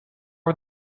are